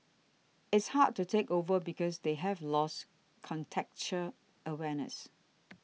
it's hard to take over because they have lost contextual awareness